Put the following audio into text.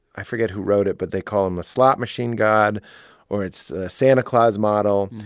i forget who wrote it, but they call him a slot-machine god or it's a santa claus model.